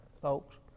folks